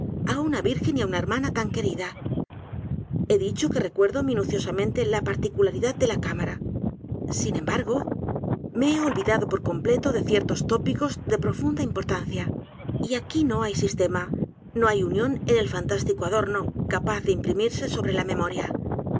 a virgen y á una hermana tan querida he dicho que recuerdo minuciosamente la particularidad de la c á m a r a sin embargo edgar poe novelas y cuentos me he olvidado por completo de ciertos tópicos de p r o funda importancia y aquí no hay sistema no hay unión en el fantástico adorno capaz de imprimirse sobre la memoria